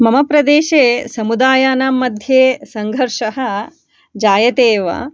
मम प्रदेशे समुदायानां मध्ये सङ्घर्षः जायते एव